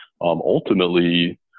Ultimately